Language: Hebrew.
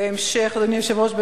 אדוני היושב-ראש,